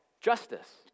justice